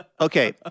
Okay